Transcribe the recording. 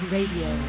Radio